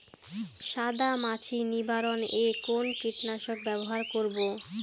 সাদা মাছি নিবারণ এ কোন কীটনাশক ব্যবহার করব?